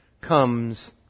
comes